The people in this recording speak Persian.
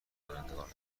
کنندگان